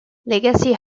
legacy